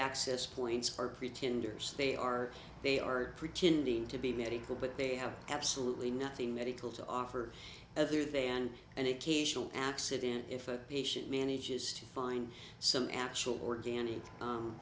access points are pretenders they are they are pretending to be medical but they have absolutely nothing medical to offer other than an occasional accident if a patient manages to find some actual organic